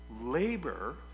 labor